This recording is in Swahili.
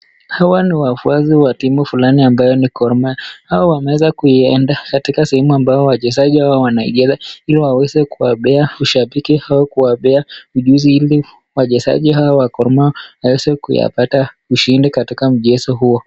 Hawa ni wafuasi wa timu fulani ambayo ni Gor Mahia. Hawa wameeza kuienda katika sehemu ambao wachezaji hawa wanaicheza ili waweze kuwapea ushabiki au kuwapea ujuzi ili wachezaji hawa wa Gor Mahia waweze kuyapata ushindi katika mchezo huo.